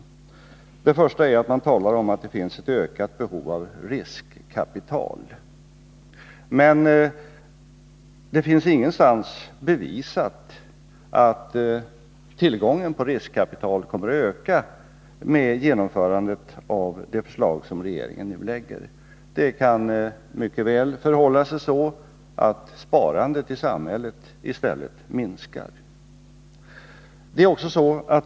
För det första talar man om att det finns ett ökat behov av riskkapital. Men ingenstans finns det bevisat att tillgången på riskkapital kommer att öka i och med ett genomförande av det förslag som regeringen nu lägger. Det kan mycket väl förhålla sig så att sparandet i samhället i stället minskar.